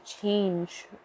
change